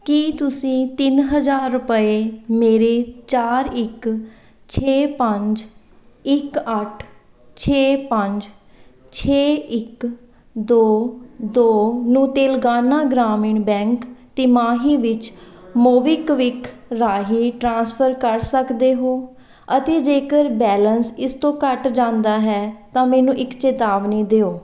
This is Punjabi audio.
ਕੀ ਤੁਸੀਂਂ ਤਿੰਨ ਹਜ਼ਾਰ ਰੁਪਏ ਮੇਰੇ ਚਾਰ ਇੱਕ ਛੇ ਪੰਜ ਇੱਕ ਅੱਠ ਛੇ ਪੰਜ ਛੇ ਇੱਕ ਦੋ ਦੋ ਨੂੰ ਤੇਲੰਗਾਨਾ ਗ੍ਰਾਮੀਣ ਬੈਂਕ ਤਿਮਾਹੀ ਵਿੱਚ ਮੋਬੀਕਵਿਕ ਰਾਹੀਂ ਟ੍ਰਾਂਸਫਰ ਕਰ ਸਕਦੇ ਹੋ ਅਤੇ ਜੇਕਰ ਬੈਲੇਂਸ ਇਸ ਤੋਂ ਘੱਟ ਜਾਂਦਾ ਹੈ ਤਾਂ ਮੈਨੂੰ ਇੱਕ ਚੇਤਾਵਨੀ ਦਿਓ